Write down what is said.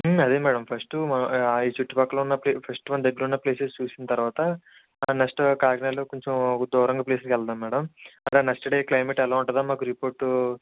అదే madam first మన చుట్టుపక్కల ఉన్న ప్లేస్ ఫస్ట్ మన దగ్గర ఉన్న ప్లేసెస్ చూసిన తరవాత ఆ నెక్స్టు కాకినాడలో కొంచం దూరంగ ప్లేస్లకి వెళదాం మ్యాడమ్ ఆ నెక్స్ట్ డే క్లైమేట్ ఎలా ఉంటుందో మాకు రిపోర్టు